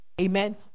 Amen